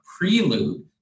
prelude